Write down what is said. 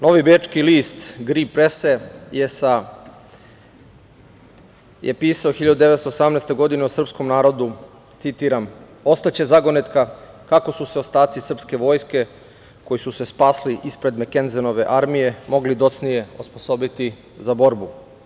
Novi bečki list „Gri prese“ je pisao 1918. godine o srpskom narodu, citiram – ostaće zagonetka kako su se ostaci srpske vojske koji su se spasli ispred Mekenzeve armije mogli docnije osposobiti za borbu.